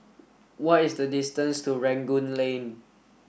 what is the distance to Rangoon Lane